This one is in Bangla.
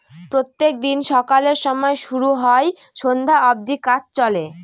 প্রত্যেক দিন সকালের সময় শুরু হয় সন্ধ্যা অব্দি কাজ চলে